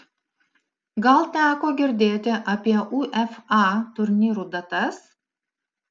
gal teko girdėti apie uefa turnyrų datas